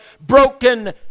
broken